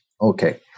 okay